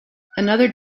another